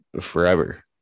forever